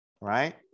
right